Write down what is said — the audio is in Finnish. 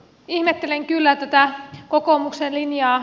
ihmettelen kyllä tätä kokoomuksen linjaa